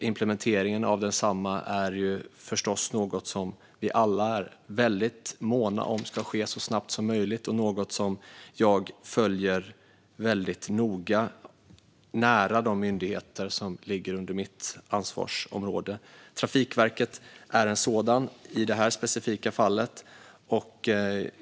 Vi alla är förstås måna om att implementeringen av den sker så snabbt som möjligt. Det är något jag följer väldigt noga och nära de myndigheter som ligger under mitt ansvarsområde. Trafikverket är en sådan i det specifika fallet.